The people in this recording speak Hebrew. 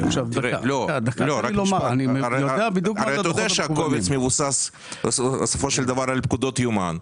אתה יודע שהקובץ מבוסס בסופו של דבר על פקודות יומן.